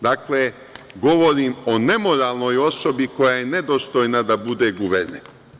Dakle, govorim o nemoralnoj osobi koja je nedostojna da bude guverner.